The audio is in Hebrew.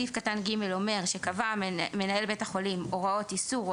סעיף קטן (ג) אומר שקבע מנהל בית החולים הוראות איסור או